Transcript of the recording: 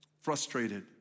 frustrated